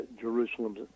Jerusalem